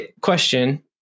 question